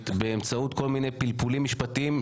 באמצעות כל מיני פלפולים משפטיים,